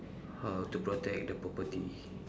how to protect the property